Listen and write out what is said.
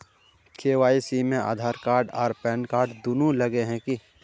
KYC में Aadhaar card आर PAN card दुनू लगे है की?